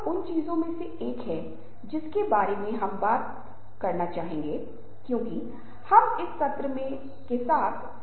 संचार शैली वह भाषा जो सभी भाषाओं के भीतर मौजूद है और हमें यह दिखाती है कि दूसरों को हमें मौत के घाट उतारने के लिए शैली का उपयोग कैसे करना है